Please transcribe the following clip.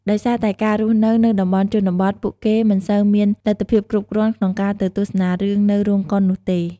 ដោយសារតែការរស់នៅនៅតំបន់ជនបទ ពួកគេមិនសូវមានលទ្ធភាពគ្រប់គ្រាន់ក្នុងការទៅទស្សនារឿងនៅរោងកុននោះទេ។